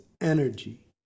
energy